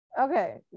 Okay